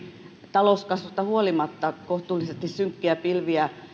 talouskasvusta huolimatta kohtuullisesti synkkiä pilviä